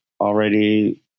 already